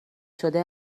شده